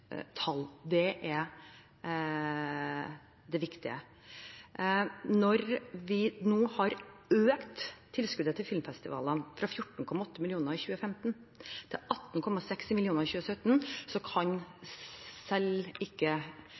Det er det viktige. Når vi nå har økt tilskuddet til filmfestivalene fra 14,8 mill. kr i 2015 til 18,6 mill. kr i 2017, kan selv ikke